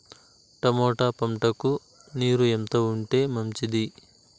Tomato పంటకు నీరు ఎంత ఉంటే మంచిది?